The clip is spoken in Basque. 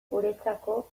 guretzako